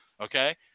Okay